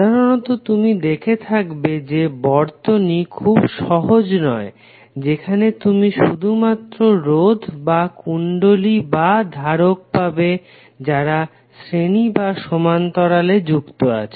সাধারানত তুমি দেখে থাকবে যে বর্তনী খুব সহজ নয় যেখানে তুমি শুধুমাত্র রোধ বা কুণ্ডলী বা ধারক পাবে যারা শ্রেণী বা সমান্তরালে যুক্ত আছে